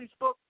Facebook